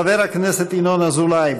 חבר הכנסת ינון אזולאי,